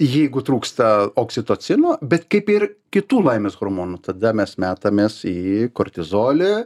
jeigu trūksta oksitocino bet kaip ir kitų laimės hormonų tada mes metamės į kortizolį